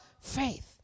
faith